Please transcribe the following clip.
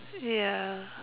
ya